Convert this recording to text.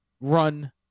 run